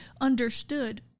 understood